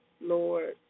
Lord